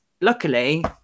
luckily